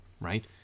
right